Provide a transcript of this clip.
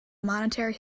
monetary